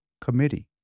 Committee